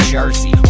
Jersey